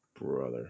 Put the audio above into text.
brother